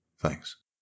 Thanks